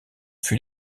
fut